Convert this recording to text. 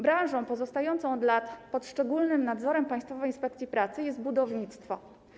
Branżą pozostającą od lat pod szczególnym nadzorem Państwowej Inspekcji Pracy jest budownictwo.